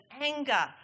anger